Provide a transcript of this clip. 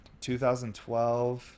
2012